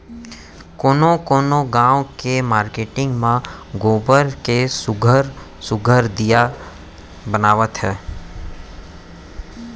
कोनो कोनो गाँव के मारकेटिंग मन गोबर के सुग्घर सुघ्घर दीया बनावत हे